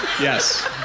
yes